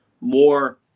more